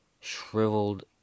shriveled